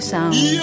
Sound